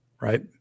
right